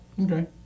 Okay